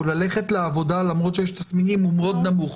ללכת לעבודה למרות שיש תסמינים הוא מאוד נמוך.